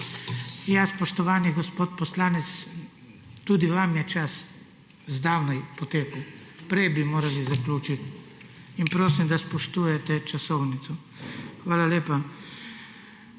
Spoštovani gospod poslanec, tudi vam je čas zdavnaj potekel, prej bi morali zaključiti. Prosim, da spoštujete časovnico. Hvala lepa.